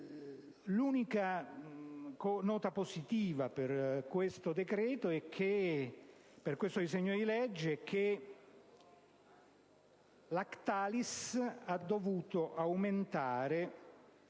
L'unica nota positiva per questo decreto è che Lactalis ha dovuto aumentare